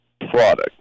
product